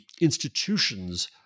institutions